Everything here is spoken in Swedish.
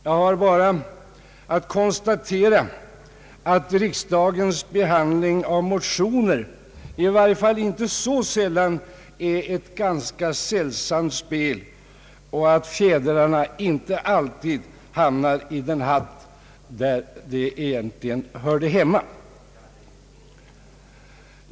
Jag har bara att konstatera att riksdagens behandling av motioner i varje fall inte så sällan är ett sällsamt mellanspel och att fjädrarna inte alltid hamnar i den hatt där de egentligen hörde hemma.